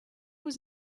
was